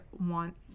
want